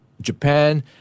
Japan